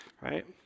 Right